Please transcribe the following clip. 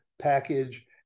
package